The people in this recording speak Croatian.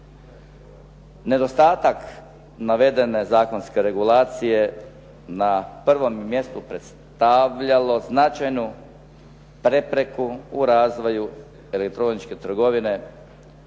Nedostatak navedene zakonske regulacije na prvom mjestu je predstavljalo značajnu prepreku u razvoju elektroničke trgovine